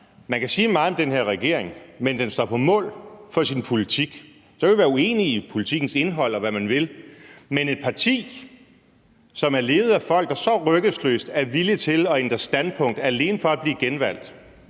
man kan sige meget om den her regering, men den står på mål for sin politik, og så kan man være uenig i politikkens indhold og hvad man vil. Men et parti, som er ledet af folk, der så ryggesløst er villige til at ændre standpunkt alene for at blive genvalgt,